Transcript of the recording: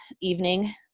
evening